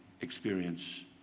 experience